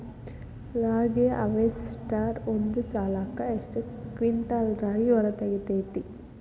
ರಾಗಿಯ ಹಾರ್ವೇಸ್ಟರ್ ಒಂದ್ ಸಲಕ್ಕ ಎಷ್ಟ್ ಕ್ವಿಂಟಾಲ್ ರಾಗಿ ಹೊರ ತೆಗಿತೈತಿ?